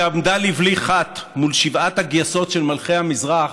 שעמדה לבלי חת / מול שבעת הגייסות / של מלכי המזרח,